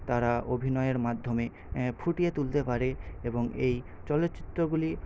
তারা অভিনয়ের মাধ্যমে ফুটিয়ে তুলতে পারে এবং এই চলচ্চিত্রগুলি